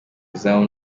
izamu